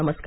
नमस्कार